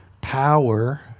power